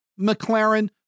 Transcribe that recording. McLaren